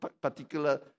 particular